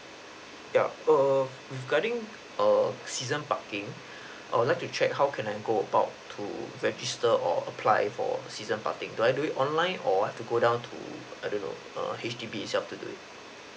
yup err regarding err season parking I would like to check how can I go about to register or apply for season parking do I do it online or I have to go down to I don't know err H_D_B itself to do it